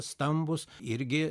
stambūs irgi